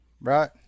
right